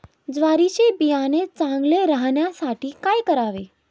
ज्वारीचे बियाणे चांगले राहण्यासाठी काय करावे?